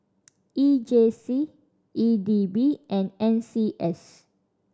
E J C E D B and N C S